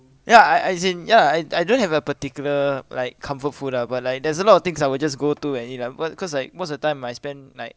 ya I as in ya I I don't have a particular like comfort food lah but like there's a lot of things I would just go to and eat lah but cause like most the time I spend like